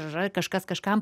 yra kažkas kažkam